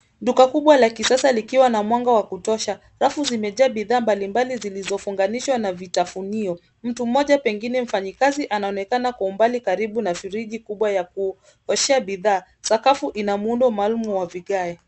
Duka kubwa la kisasa likiwa na mwanga wa kutosha. Rafu zimejaa bidhaa mbalimbali zilizofunganishwa na vitafunio. Mtu mmoja pengine mfanyikazi anaonekana kwa umbali karibu na friji kubwa ya kupoeshea bidhaa. Sakafu ina muundo maalum wa vigae.